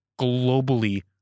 globally